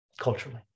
culturally